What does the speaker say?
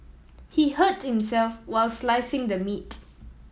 he hurt himself while slicing the meat